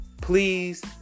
please